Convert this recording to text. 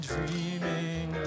Dreaming